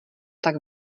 tak